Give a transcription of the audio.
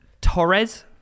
Torres